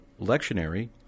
lectionary